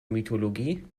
mythologie